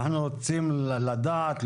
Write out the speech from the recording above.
אנחנו רוצים לדעת,